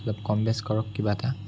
অলপ কম বেচ কৰক কিবা এটা